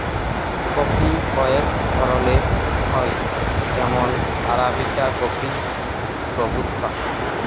coffee কয়েক ধরলের হ্যয় যেমল আরাবিকা কফি, রবুস্তা